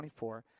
24